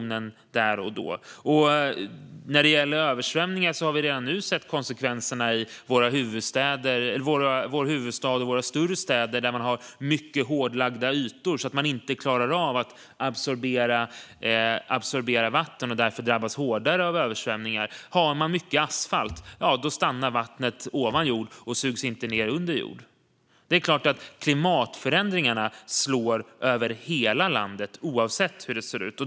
När det gäller översvämningar har vi redan nu sett konsekvenserna i vår huvudstad och i våra större städer, där man har gott om hårdlagda ytor som inte klarar av att absorbera vatten och där man därför drabbas hårdare av översvämningar. Har man mycket asfalt stannar vattnet ovan jord och sugs inte ned under jord. Det är klart att klimatförändringarna slår över hela landet, oavsett hur det ser ut.